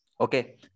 Okay